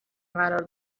قرار